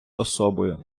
особою